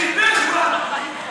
שיתבייש כבר.